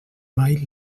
mai